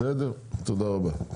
בסדר, תודה רבה.